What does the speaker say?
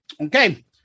Okay